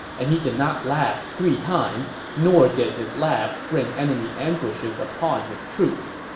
and he did not laugh three times, nor did his laughs bring enemy ambushes upon his troops.